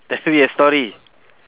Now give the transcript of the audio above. tell me a story